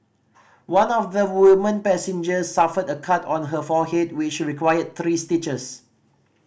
one of the woman passengers suffered a cut on her forehead which required three stitches